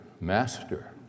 Master